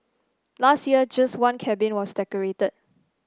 last year just one cabin was decorated